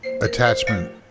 attachment